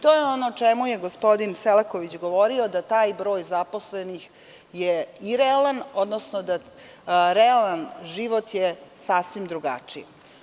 To je ono o čemu je gospodin Selaković govorio, da taj broj zaposlenih je realan, odnosno realan život je sasvim drugačiji.